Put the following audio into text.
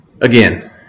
Again